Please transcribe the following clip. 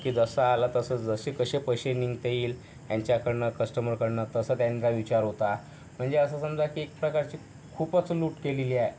की जसा आला तसा जसे कसे पैसे निघता येईल यांच्याकडनं कस्टमरकडनं तसं त्यांचा विचार होता म्हणजे असं समजा की एक प्रकारची खूपच लूट केलेली आहे